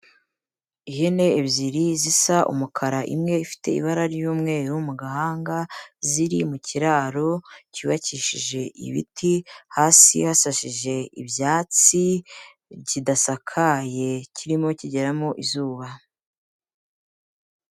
Ihene ebyiri zisa umukara imwe ifite ibara ry'umweru mu gahanga, ziri mu kiraro cyubakishije ibiti, hasi hasashije ibyatsi, kidasakaye, kirimo kigeramo izuba.